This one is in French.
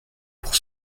pour